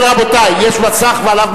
יש לי עד אחד.